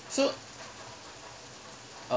so uh